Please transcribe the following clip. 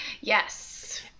Yes